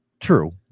True